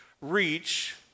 reach